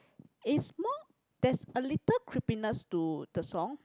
is more there's a little creepiness to the song